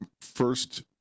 first